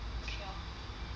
okay orh